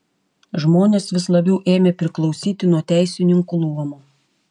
žmonės vis labiau ėmė priklausyti nuo teisininkų luomo